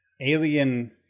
alien